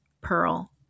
pearl